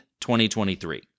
2023